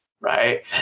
right